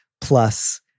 plus